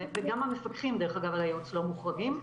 וגם המפקחים על הייעוץ לא מוחרגים,